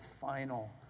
final